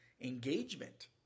engagement